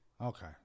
Okay